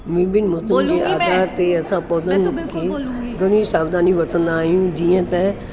असां पौधनि खे घणियूं ई सावधानियूं वठंदा आहियूं जीअं त